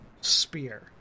spear